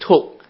took